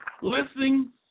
listening